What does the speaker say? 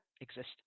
exist